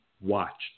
watched